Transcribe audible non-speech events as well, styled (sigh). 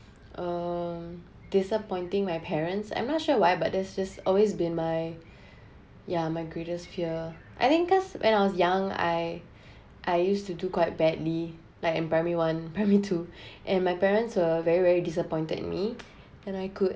uh disappointing my parents I'm not sure why but that's just always been my (breath) yeah my greatest fear I think cause when I was young I (breath) I used to do quite badly like in primary one primary two (breath) and my parents were very very disappointed in me and I could